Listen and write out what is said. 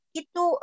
itu